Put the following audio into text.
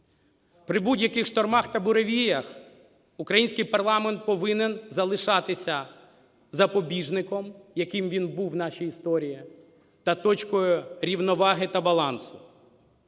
При будь-яких штормах та буревіях український парламент повинен залишатися запобіжником, яким він був у нашій історії, та точкою рівноваги, та балансу.